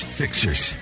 fixers